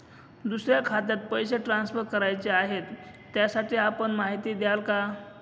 दुसऱ्या खात्यात पैसे ट्रान्सफर करायचे आहेत, त्यासाठी आपण माहिती द्याल का?